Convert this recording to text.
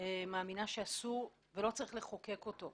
מאמינה שאסור ולא צריך לחוקק אותה.